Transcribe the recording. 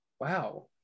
wow